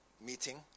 meeting